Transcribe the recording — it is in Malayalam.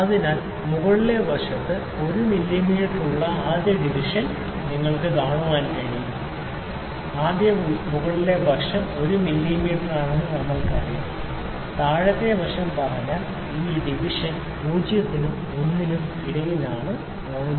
അതിനാൽ മുകളിലെ വശത്ത് 1 മില്ലീമീറ്റർ ഉള്ള ആദ്യ ഡിവിഷൻ നിങ്ങൾക്ക് കാണാൻ കഴിയും ആദ്യം മുകളിലെ വശം 1 മില്ലീമീറ്ററാണെന്ന് നമ്മൾക്കറിയാം താഴത്തെ വശം പറഞ്ഞാൽ ഈ ഡിവിഷൻ 0 നും 1 നും ഇടയിലാണ് 0